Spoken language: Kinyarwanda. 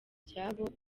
byabo